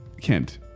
Kent